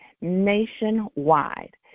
nationwide